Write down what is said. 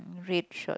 red shorts